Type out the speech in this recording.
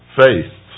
faith